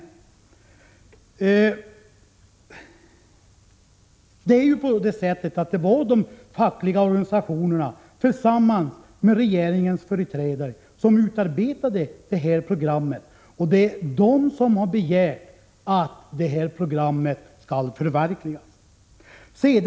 Det var ju de fackliga organisationerna, tillsammans med regeringens företrädare, som utarbetade detta program. Och det är de som har begärt att detta program skall förverkligas.